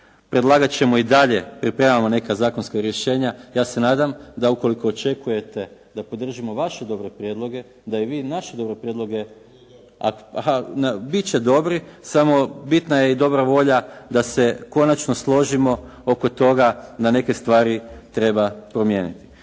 Predlagati ćemo i dalje, pripremamo neka zakonska rješenja, ja se nadam da ukoliko očekujete da podržimo vaše dobre prijedloge, da i vi naše dobre prijedloge …… /Upadica se ne čuje./ … Biti će dobri, samo bitna je i dobra volja da se konačno složimo oko toga da neke stvari treba promijeniti.